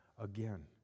again